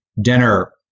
dinner